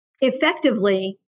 effectively